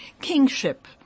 kingship